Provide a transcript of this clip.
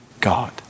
God